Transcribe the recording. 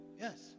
yes